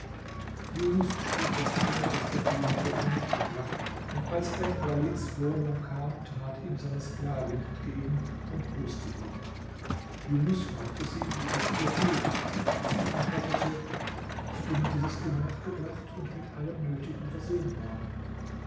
junus bestieg das pferd das der diener für ihn mitgebracht und als er in walids wohnung kam trat ihm seine sklavin entgegen und grüßte ihn junus fragte sie wie es ihr gehe sie antwortete ich bin in dieses gemach gebracht und mit allem nötigen versehen worden